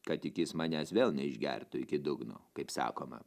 kad tik jis manęs vėl neišgertų iki dugno kaip sakoma